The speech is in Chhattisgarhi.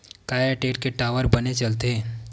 का एयरटेल के टावर बने चलथे?